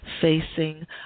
facing